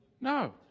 No